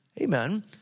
Amen